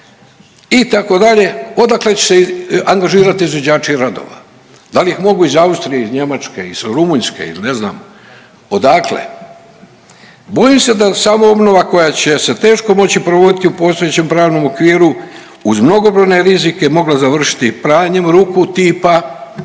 Itd., odakle će se angažirati izvođači radova? Da li ih mogu ih Austrije, iz Njemačke, iz Rumunjske ili ne znam, odakle? Bojim se da bi samoobnova koja će se teško moći provoditi u postojećem pravnom okviru uz mnogobrojne rizike mogla završiti pranjem ruku tipa